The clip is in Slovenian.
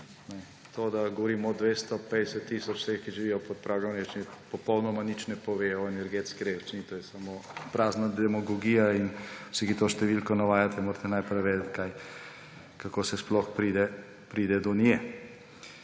To, da govorimo o 250 tisoč teh, ki živijo pod pragom revščine, popolnoma nič ne pove o energetski revščini. To je samo prazna demagogija in vsi, ki to številko navajate, morate vedeti, kako se sploh pride do nje.